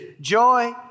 Joy